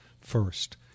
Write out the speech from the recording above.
first